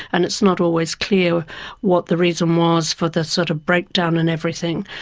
and it's not always clear what the reason was for the sort of breakdown and everything.